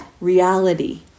reality